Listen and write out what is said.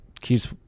keeps